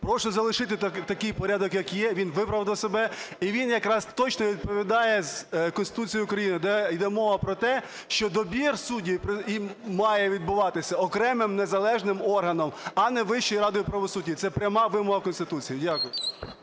Прошу залишити такий порядок як є, він виправдав себе і він якраз точно відповідає Конституції України, де йде мова про те, що добір суддів і має відбуватися окремим незалежним органом, а не Вищою радою правосуддя. Це пряма вимога Конституції. Дякую.